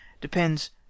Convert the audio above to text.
depends